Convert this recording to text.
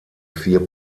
vier